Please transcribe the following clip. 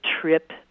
trip